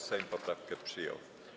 Sejm poprawkę przyjął.